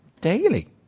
daily